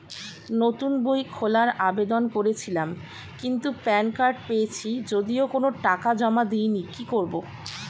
নতুন বই খোলার আবেদন করেছিলাম কিন্তু প্যান কার্ড পেয়েছি যদিও কোনো টাকা জমা দিইনি কি করব?